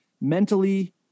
mentally